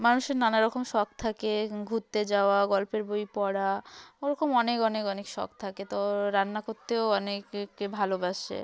মানুষের নানা রকম শখ থাকে ঘুরতে যাওয়া গল্পের বই পড়া ওরকম অনেক অনেক অনেক শখ থাকে তো রান্না করতেও অনেকে ভালোবাসে